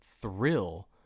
thrill